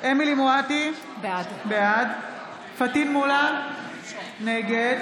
אמילי חיה מואטי, בעד פטין מולא, נגד